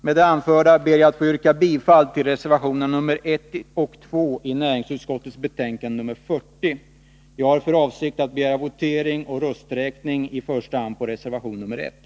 Med det anförda ber jag att få yrka bifall till reservationerna 1 och 2 i näringsutskottets betänkande 40. Jag har för avsikt att begära votering och rösträkning i första hand på reservation 1.